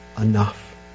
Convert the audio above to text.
enough